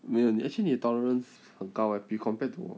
没有你 actually 你 tolerance 很高 eh 比 compared to